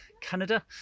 Canada